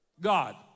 God